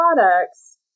products